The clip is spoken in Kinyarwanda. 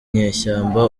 nyeshyamba